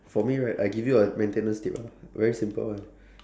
for me right I give you a maintenance tip lah very simple one